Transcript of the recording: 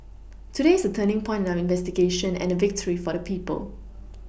today is a turning point in our investigation and a victory for the people